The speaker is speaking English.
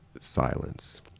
silence